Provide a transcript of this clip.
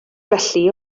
felly